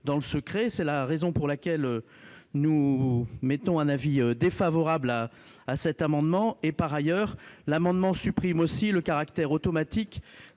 dans le secret. C'est la raison pour laquelle nous émettons un avis défavorable sur cet amendement, qui, par ailleurs, tend aussi à supprimer le caractère automatique